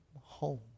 home